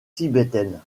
tibétaine